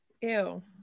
Ew